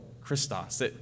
Christos